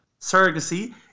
surrogacy